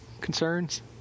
concerns